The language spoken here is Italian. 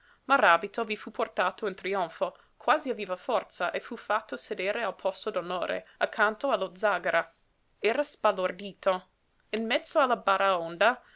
vicinato maràbito vi fu portato in trionfo quasi a viva forza e fu fatto sedere al posto d'onore accanto allo zàgara era sbalordito in mezzo alla baraonda